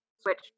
switch